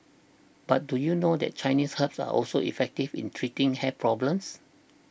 but do you know that Chinese herbs are also effective in treating hair problems